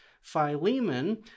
Philemon